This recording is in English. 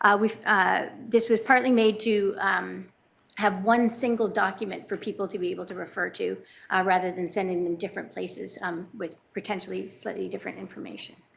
ah ah this was partly made to um have one single document for people to be able to refer to rather than sending them different places um with potentially slightly different information.